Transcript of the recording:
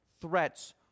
threats